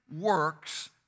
works